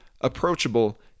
approachable